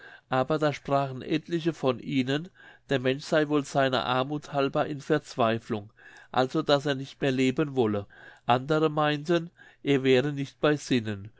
aber da sprachen etliche von ihnen der mensch sei wohl seiner armuth halber in verzweiflung also daß er nicht mehr leben wolle andere meinten er wäre nicht bei sinnen